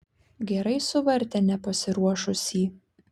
gerai suvartė nepasiruošusį